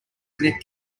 knit